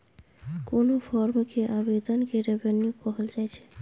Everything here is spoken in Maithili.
कोनो फर्म केर आमदनी केँ रेवेन्यू कहल जाइ छै